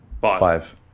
Five